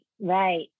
right